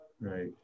right